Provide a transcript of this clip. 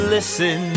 Listen